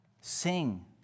Sing